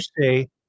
say